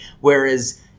Whereas